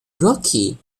rookie